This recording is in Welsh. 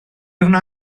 wna